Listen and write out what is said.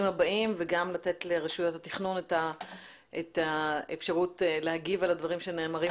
הבאים וגם לתת לרשויות התכנון את האפשרות להגיב על הדברים שנאמרים